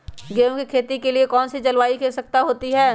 गेंहू की खेती के लिए कौन सी जलवायु की आवश्यकता होती है?